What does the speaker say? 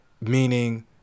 meaning